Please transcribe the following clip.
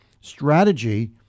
strategy